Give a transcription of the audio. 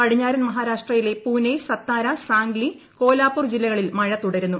പടിഞ്ഞാറൻ മഹാരാഷ്ട്രയിലെ പൂനെ സത്താര സാംഗ്ലി കോലാപൂർ ജില്ലകളിൽ മഴ തുടരുന്നു